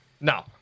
No